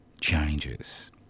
changes